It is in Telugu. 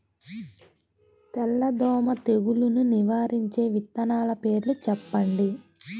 తెల్లదోమ తెగులును నివారించే విత్తనాల పేర్లు చెప్పండి?